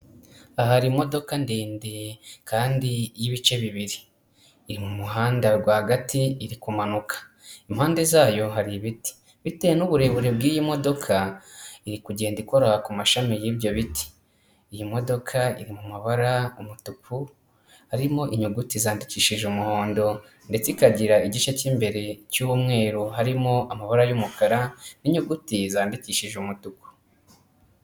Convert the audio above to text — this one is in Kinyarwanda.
Aha hari imodoka ndende kandi y'ibice bibiri, iri mu muhanda rwagati iri kumanuka, impande zayo hari ibiti, bitewe n'uburebure bw'iyi modoka iri kugenda ikora ku mashami y'ibyo biti, iyi modoka iri mabara umutuku harimo inyuguti zandikishije umuhondo ndetse ikagira igice k'imbere cy'umweru, harimo amabara y'umukara n'inyuguti zandikishije umutuku.